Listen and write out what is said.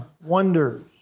wonders